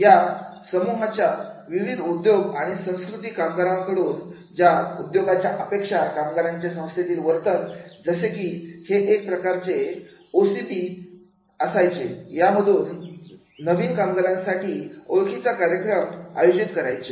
या समूहाच्या विविध उद्योग आणि संस्कृती कामगाराकडून च्या उद्योगाच्या अपेक्षा कामगाराचे संस्थेमधील वर्तन जसे की हे एक प्रकारचे ओ सी बी असायचे यामधून नवीन कामगारांसाठी ओळखीचा कार्यक्रम आयोजित करायचे